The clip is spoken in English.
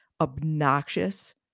obnoxious